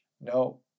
No